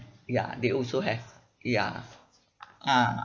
ya they also have ya ah